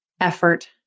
effort